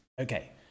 Okay